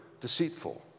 deceitful